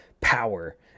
power